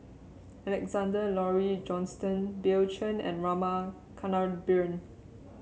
Alexander Laurie Johnston Bill Chen and Rama Kannabiran